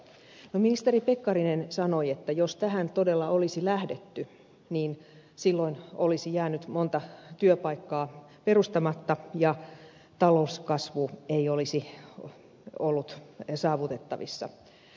ministeri pekkarinen sanoi että jos tähän todella olisi lähdetty niin silloin olisi jäänyt monta työpaikkaa perustamatta ja talouskasvu ei olisi ollut saavutettavissa